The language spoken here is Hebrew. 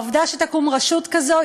העובדה שתקום רשות כזאת,